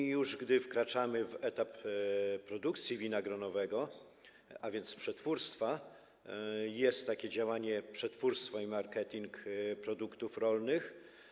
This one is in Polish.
Gdy już wkraczamy w etap produkcji wina gronowego, a więc przetwórstwa, jest takie działanie: Przetwórstwo i marketing produktów rolnych.